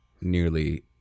nearly